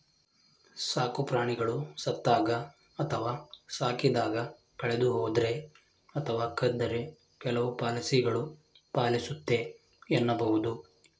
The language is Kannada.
ಸಾಕುಪ್ರಾಣಿಗಳು ಸತ್ತಾಗ ಅಥವಾ ಸಾಕಿದಾಗ ಕಳೆದುಹೋದ್ರೆ ಅಥವಾ ಕದ್ದರೆ ಕೆಲವು ಪಾಲಿಸಿಗಳು ಪಾಲಿಸುತ್ತೆ ಎನ್ನಬಹುದು